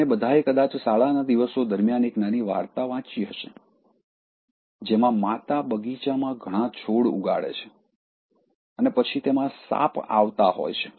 આપણે બધાએ કદાચ શાળાના દિવસો દરમિયાન એક નાની વાર્તા વાંચી હશે જેમાં માતા બગીચામાં ઘણા છોડ ઉગાડે છે અને પછી તેમાં સાપ આવતા હોય છે